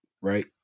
right